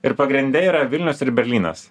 ir pagrinde yra vilnius ir berlynas